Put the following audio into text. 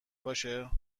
باشه